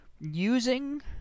using